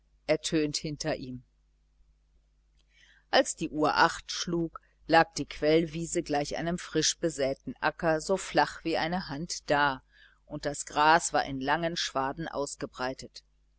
ertönt hinter ihm als die uhr acht schlug lag die quellwiese gleich einem frisch besäten acker so flach wie eine hand da und das gras war in langen schwaden ausgebreitet